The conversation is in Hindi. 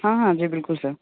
हाँ हाँ जी बिलकुल सर